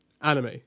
anime